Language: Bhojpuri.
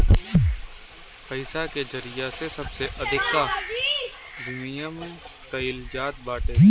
पईसा के जरिया से सबसे अधिका विमिमय कईल जात बाटे